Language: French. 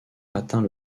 atteint